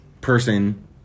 person